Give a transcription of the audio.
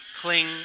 cling